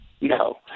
no